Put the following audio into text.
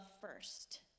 first